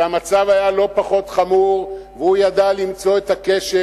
שהמצב היה לא פחות חמור, והוא ידע למצוא את הקשר.